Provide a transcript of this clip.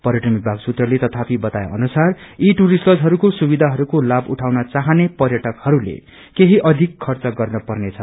पर्यटन विभाग सुत्रले तथापि बताए अनुसार यी टुरिष्ट तजहरूको सुविधाहरूको लाभ उझाउन चाहने पर्यटकहरूले केही अघि खर्च गर्ने पर्नेछ